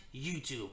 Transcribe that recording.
YouTube